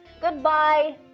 Goodbye